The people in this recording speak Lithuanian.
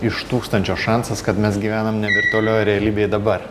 iš tūkstančio šansas kad mes gyvenam ne virtualioj realybėj dabar